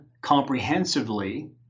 comprehensively